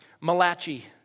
Malachi